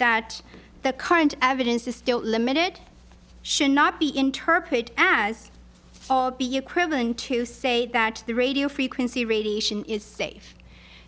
that the current evidence is still limited should not be interpreted as all be equivalent to say that the radio frequency radiation is safe